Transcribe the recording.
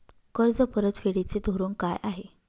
कर्ज परतफेडीचे धोरण काय आहे?